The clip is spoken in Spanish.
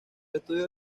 estudios